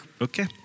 okay